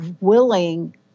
willing